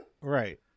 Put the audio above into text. Right